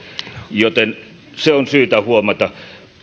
joten se on syytä huomata